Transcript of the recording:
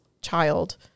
child